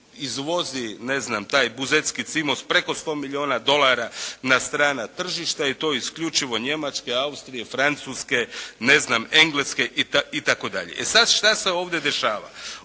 izvozi ne znam, taj buzetski "Cimos" preko 100 milijuna dolara na strana tržišta i to isključivo Njemačke, Austrije, Francuske, ne znam Engleska itd. I sad, šta se ovdje dešava?